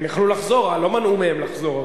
הם היו יכולים לחזור, לא מנעו מהם לחזור,